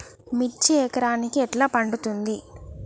మిర్చి ఎకరానికి ఎట్లా పండుద్ధి?